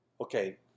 Okay